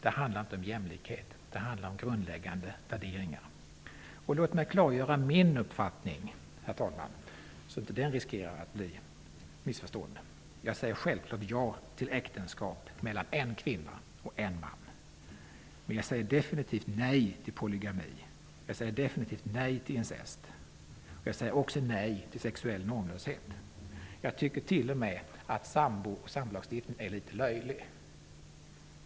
Det handlar inte om jämlikhet. Det handlar om grundläggande värderingar. Låt mig klargöra min uppfattning, så att inte den riskerar att bli missförstådd. Jag säger självklart ja till äktenskap mellan en kvinna och en man. Men jag säger definitivt nej till polygami. Jag säger definitivt nej till incest, och jag säger också nej till sexuell normlöshet. Jag tycker t.o.m. att sambolagstiftningen är litet löjlig.